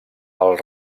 pel